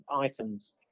items